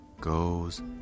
goes